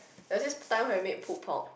that is time I made pulpo